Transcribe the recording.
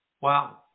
Wow